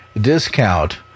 discount